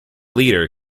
leader